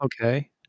Okay